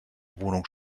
wohnung